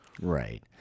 Right